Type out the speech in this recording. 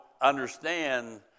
understand